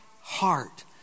heart